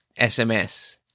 SMS